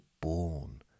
born